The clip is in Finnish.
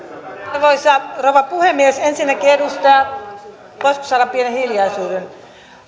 arvoisa rouva puhemies ensinnäkin edustaja voisiko saada pienen hiljaisuuden